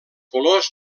colors